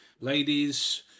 ladies